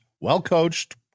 well-coached